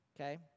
okay